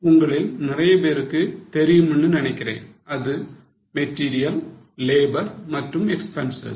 உங்களில் நிறைய பேருக்கு தெரியும்னு நினைக்கிறேன் அது மெட்டீரியல் லேபர் மற்றும் எக்பென்சஸ்